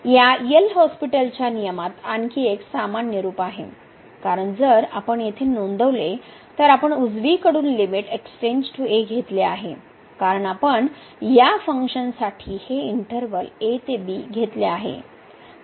या एल हॉस्पिटलच्या नियमात आणखी एक सामान्य रूप आहे कारण जर आपण येथे नोंदवले तर आपण उजवीकडून लिमिट घेतले आहे कारण आपण या फंक्शनसाठी हे इंटर्वल a ते b घेतले आहे